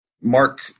Mark